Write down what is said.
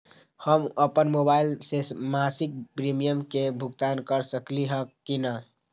हम अपन मोबाइल से मासिक प्रीमियम के भुगतान कर सकली ह की न?